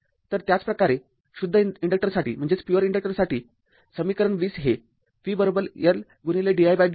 तर त्याच प्रकारे शुद्ध इन्डक्टरसाठी समीकरण २० हे v L didt आहे